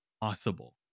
possible